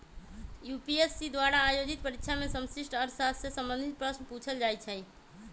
UPSC द्वारा आयोजित परीक्षा में समष्टि अर्थशास्त्र से संबंधित प्रश्न पूछल जाइ छै